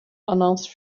announced